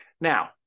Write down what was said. Now